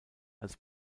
als